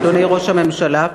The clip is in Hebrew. יושבת-ראש האופוזיציה,